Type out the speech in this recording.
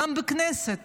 גם בכנסת